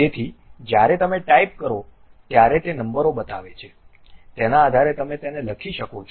તેથી જ્યારે તમે ટાઇપ કરો ત્યારે તે નંબરો બતાવે છે તેના આધારે તમે તેને લખી શકો છો